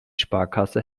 sparkasse